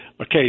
Okay